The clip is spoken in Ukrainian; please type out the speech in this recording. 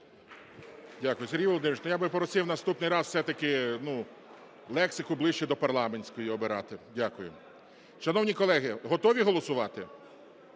Дякую. Сергій Володимирович, то я би просив наступний раз все-таки лексику, ближчу до парламентської, обирати. Дякую. Шановні колеги, готові голосувати?